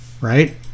Right